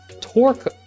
Torque